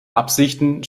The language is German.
absichten